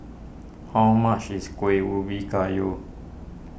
how much is Kuih Ubi Kayu